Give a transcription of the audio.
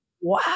wow